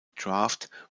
draft